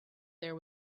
there